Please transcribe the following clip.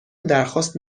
درخواست